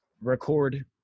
record